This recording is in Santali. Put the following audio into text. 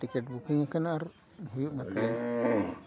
ᱴᱤᱠᱤᱴ ᱵᱩᱠᱤᱝ ᱠᱟᱱᱟ ᱟᱨ ᱦᱩᱭᱩᱜ ᱞᱟᱹᱜᱤᱫ